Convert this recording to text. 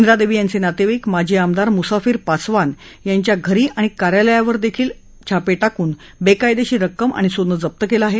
ब्रिदेवी यांचे नातेवाईक माजी आमदार मुसाफिर पासवान यांच्या घरी आणि कार्यालयावरही छापे टाकून बेकायदेशीर रक्कम आणि सोनं जप्त केलं आहे